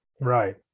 Right